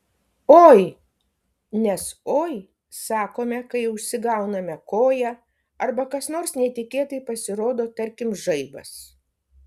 oi nes oi sakome kai užsigauname koją arba kas nors netikėtai pasirodo tarkim žaibas